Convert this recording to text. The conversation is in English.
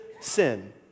sin